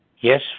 Yes